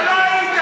אתה לא היית.